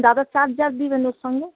দাদা চার্জার দিবেন এর সঙ্গে